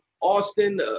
Austin